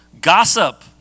Gossip